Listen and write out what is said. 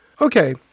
Okay